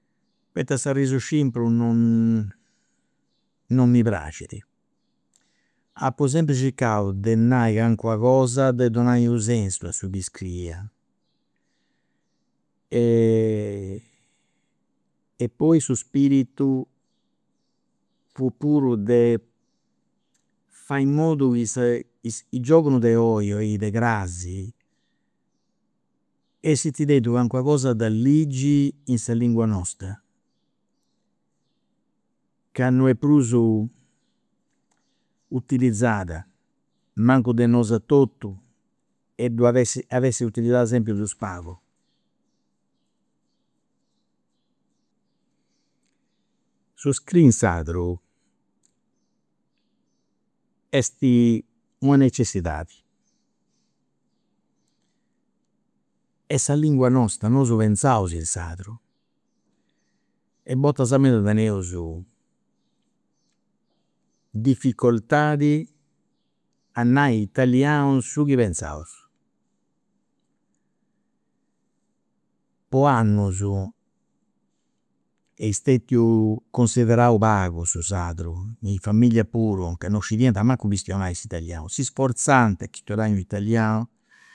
Poita s'arrisu scimpru non non mi praxit. Apu sempri circau de nai calincuna cosa, de donai u' sensu a su chi scriia, e e poi su spiritu fut puru de fai in modu chi i' giovunus de oi e i' de cras, essint tentu calincuna cosa de ligi in sa lingua nostra, ca non est prus utilizzat mancu de nos'a totu e ddoi at essi, at essi utilizzat sempri prus pagu. su scriri in sardu est una necessidadi, est sa lingua nosta, nosu penzaus in sardu, e bortas meda teneus difficoltadi a nai in italianu su chi penzaus. po annus est stetiu considerau pagu su sardu in familia puru chi non scidiant mancu chistionai s'italianu, si sforzant a chistionai in italianu